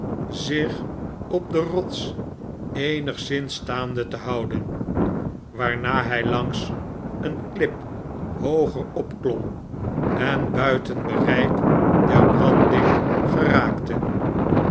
zich op de rots eenigszins staande te houden waarna hij langs een klip hooger opklom en buiten bereik der branding geraakte